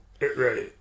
Right